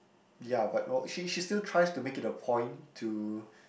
ya but all she she still tries to make it a point to